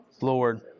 Lord